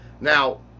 Now